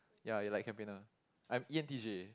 ya you like campaigner I am e_n_t_j